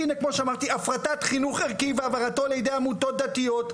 הפרטת חינוך ערכי והעברתו לידי עמותות דתיות,